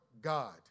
God